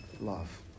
love